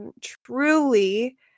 truly